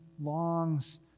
longs